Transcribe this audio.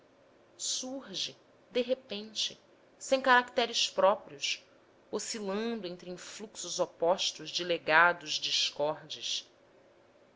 surge de repente sem caracteres próprios oscilando entre influxos opostos de legados discordes